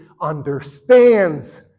understands